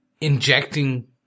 injecting